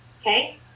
okay